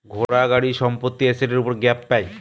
ঘোড়া, গাড়ি, সম্পত্তি এসেটের উপর গ্যাপ পাই